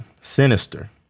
Sinister